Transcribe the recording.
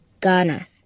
Ghana